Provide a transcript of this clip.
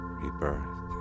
rebirth